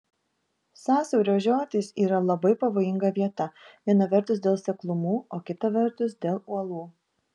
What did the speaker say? sąsiaurio žiotys yra labai pavojinga vieta viena vertus dėl seklumų o kita vertus dėl uolų